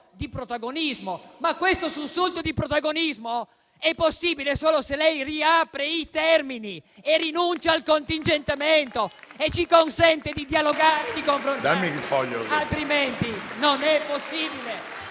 di protagonismo. Questo sussulto di protagonismo è possibile però solo se lei riapre i termini, rinuncia al contingentamento e ci consente di dialogare, di confrontarci, altrimenti non è possibile